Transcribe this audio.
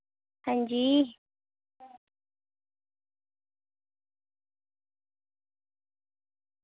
हांजी